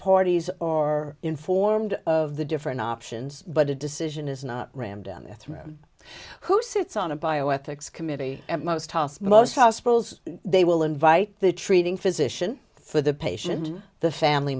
parties or informed of the different options but a decision is not rammed down their throat who sits on a bioethics committee and most house most hospitals they will invite the treating physician for the patient the family